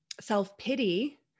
self-pity